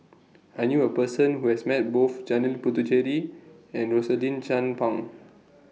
I knew A Person Who has Met Both Janil Puthucheary and Rosaline Chan Pang